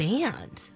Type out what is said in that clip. Band